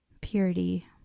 purity